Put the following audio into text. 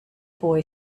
boy